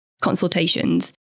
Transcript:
consultations